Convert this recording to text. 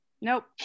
nope